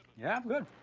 yeah, good.